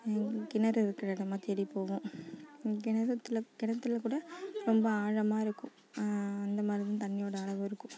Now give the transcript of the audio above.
கிணறு இருக்கிற இடமா தேடி போவோம் கிணத்துல கிணத்தில் கூட ரொம்ப ஆழமாக இருக்கும் அந்த மாதிரி தான் தண்ணியோட அளவு இருக்கும்